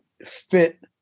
fit